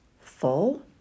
full